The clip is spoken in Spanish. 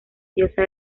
diosa